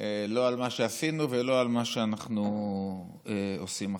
לא על מה שעשינו ולא על מה שאנחנו עושים עכשיו.